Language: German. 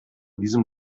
diesem